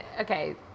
Okay